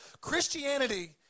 Christianity